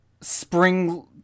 spring